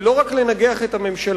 היא לא רק לנגח את הממשלה.